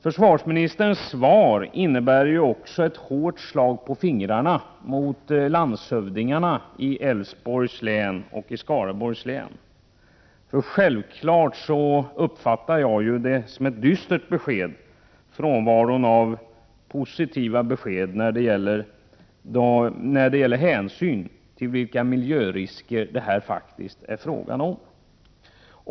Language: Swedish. Försvarsministerns svar innebär också ett hårt slag på fingrarna för landshövdingarna i Älvsborgs och Skaraborgs län. Självfallet uppfattar jag svaret som ett dystert besked. Där finns inga positiva uttalanden när det gäller de miljörisker som det här faktiskt är fråga om.